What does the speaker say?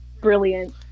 brilliant